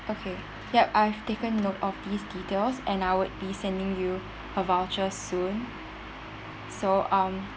okay ya I have taken note of these details and I would be sending you a voucher soon so um